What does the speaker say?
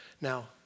Now